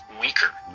weaker